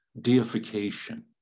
deification